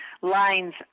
lines